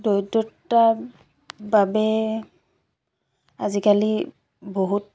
দৰিদ্ৰতাৰ বাবে আজিকালি বহুত